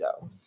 go